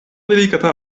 delikata